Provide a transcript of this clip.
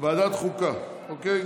ועדת החוקה, אוקיי?